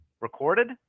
recorded